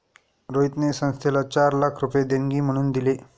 रोहितने संस्थेला चार लाख रुपये देणगी म्हणून दिले